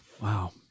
wow